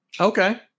Okay